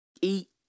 eat